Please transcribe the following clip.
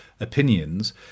Opinions